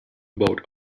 about